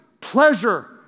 pleasure